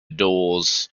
doors